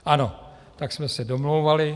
Ano, tak jsme se domlouvali.